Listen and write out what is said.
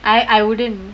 I I wouldn't